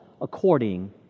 according